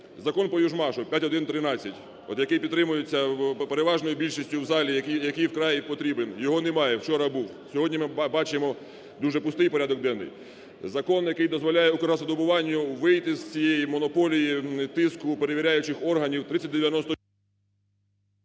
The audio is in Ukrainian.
Закон по "Южмашу" (5113), який підтримується переважною більшістю в залі, який вкрай потрібен, його немає, вчора був, сьогодні ми бачимо дуже пустий порядок денний. Закон, який дозволяє "Укргазвидобуванню" вийти з цієї монополії, тиску, перевіряючих органів 30…